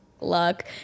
Luck